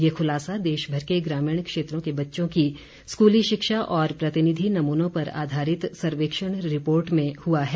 ये खुलासा देशभर के ग्रामीण क्षेत्रों के बच्चों की स्कूली शिक्षा और प्रतिनिधि नमूनों पर आधारित सर्वेक्षण रिपोर्ट में हुआ है